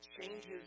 changes